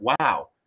wow